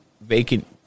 vacant